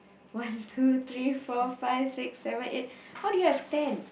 one two three four five six seven eight how do you have ten